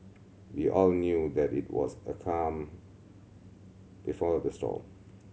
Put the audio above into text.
we all knew that it was a calm before the storm